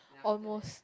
almost